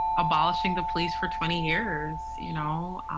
abolishing the police for twenty years, you know,